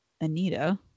Anita